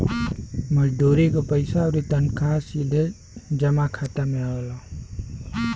मजदूरी क पइसा आउर तनखा सीधे जमा खाता में आवला